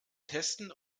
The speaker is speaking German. testen